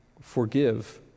forgive